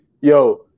yo